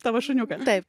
tavo šuniukas taip